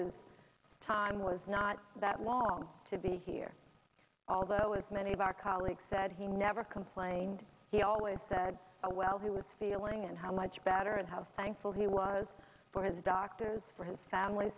his time was not that long to be here although as many of our colleagues said he never complained he always said well he was feeling and how much better and how thankful he was for his doctors for his family